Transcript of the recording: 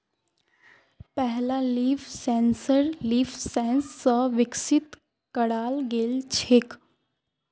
पहला leaf sensor LeafSens स विकसित कराल गेल छेक